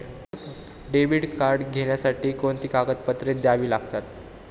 Debit card घेण्यासाठी कोणती कागदपत्रे द्यावी लागतात?